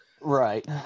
Right